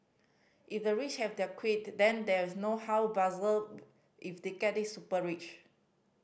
if the rich have their quirk then there's no how bizarre if they get the super rich